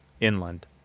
inland